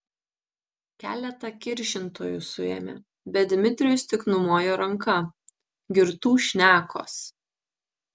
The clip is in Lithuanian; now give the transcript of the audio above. keletą kiršintojų suėmė bet dmitrijus tik numojo ranka girtų šnekos